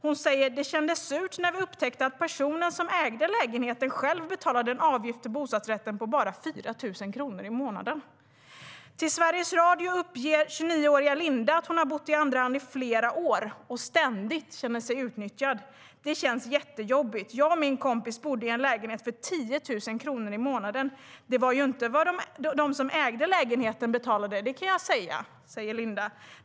Hon säger: Det kändes surt när vi upptäckte att personen som ägde lägenheten själv betalade en avgift för bostadsrätten på bara 4 000 kronor i månaden. Till Sveriges Radio uppger 29-åriga Linda att hon har bott i andra hand i flera år och ständigt känner sig utnyttjad: Det känns jättejobbigt. Jag och min kompis bodde i en lägenhet för 10 000 kronor i månaden. Det var ju inte vad de som ägde lägenheten betalade; det kan jag säga.